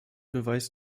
beweis